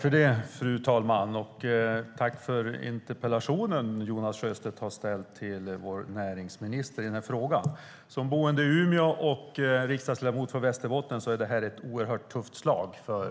Fru talman! Tack för interpellationen som Jonas Sjöstedt har ställt till vår näringsminister! Jag är boende i Umeå och riksdagsledamot för Västerbotten, och jag anser att det här är ett oerhört tufft slag